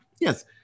Yes